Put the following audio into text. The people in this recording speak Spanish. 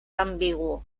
ambiguo